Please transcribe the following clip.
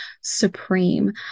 supreme